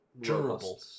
durable